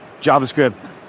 JavaScript